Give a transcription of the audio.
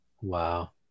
Wow